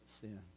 sin